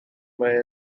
mae